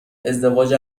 ازدواج